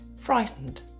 frightened